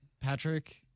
patrick